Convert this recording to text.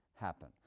happen